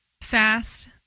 fast